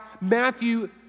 Matthew